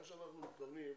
מה שאנחנו מתכוונים,